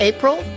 April